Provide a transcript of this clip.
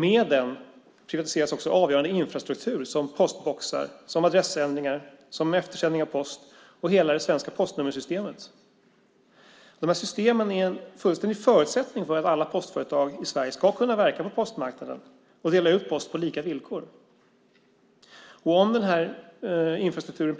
Med den privatiseras också avgörande infrastruktur som postboxar, adressändring, eftersändning av post och hela det svenska postnummersystemet. Dessa system är en förutsättning för att alla postföretag i Sverige ska kunna verka på postmarknaden och dela ut post på lika villkor. Privatiseras infrastrukturen